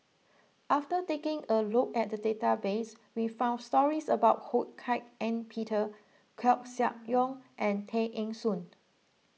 after taking a look at the database we found stories about Ho Hak Ean Peter Koeh Sia Yong and Tay Eng Soon